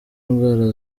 indwara